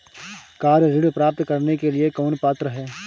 Car ऋण प्राप्त करने के लिए कौन पात्र है?